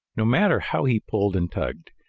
no matter how he pulled and tugged,